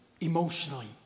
emotionally